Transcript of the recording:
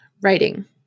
Writing